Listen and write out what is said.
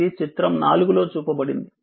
ఇది చిత్రం 4 లో చూపబడింది